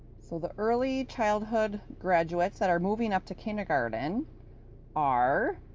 so the early childhood graduates that are moving up to kindergarten are